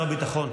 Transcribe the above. השר עוד לא סיים.